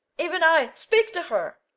even i, speak to her.